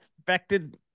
affected